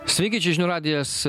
šveiki čia žinių radijas